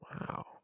Wow